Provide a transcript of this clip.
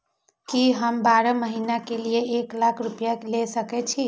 की हम बारह महीना के लिए एक लाख रूपया ले सके छी?